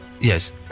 Yes